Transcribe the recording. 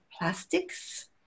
plastics